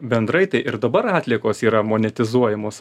bendrai tai ir dabar atliekos yra monetizuojamos